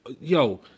yo